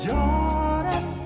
Jordan